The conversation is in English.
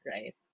right